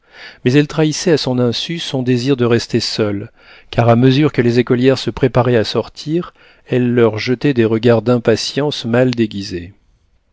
mais elle trahissait à son insu son désir de rester seule car à mesure que les écolières se préparaient à sortir elle leur jetait des regards d'impatience mal déguisée